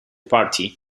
party